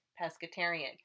pescatarian